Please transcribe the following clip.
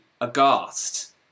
aghast